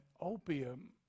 opium